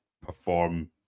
perform